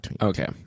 okay